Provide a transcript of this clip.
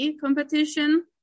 competition